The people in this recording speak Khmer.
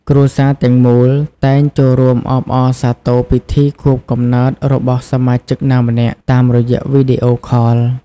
គ្រួសារទាំងមូលតែងចូលរួមអបអរសាទរពិធីខួបកំណើតរបស់សមាជិកណាម្នាក់ តាមរយៈវីដេអូខល។